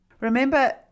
Remember